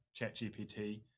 ChatGPT